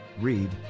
Read